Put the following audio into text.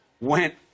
went